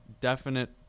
definite